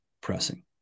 pressing